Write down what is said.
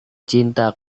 cinta